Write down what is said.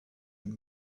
and